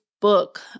book